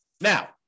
Now